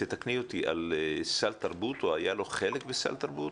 תתקני אותי, על סל תרבות או היה לו חלק בסל תרבות.